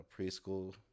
preschool